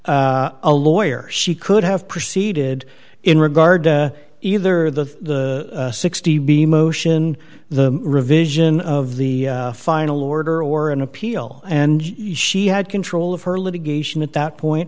had a lawyer she could have proceeded in regard to either the sixty b motion the revision of the final order or an appeal and she had control of her litigation at that point